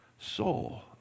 soul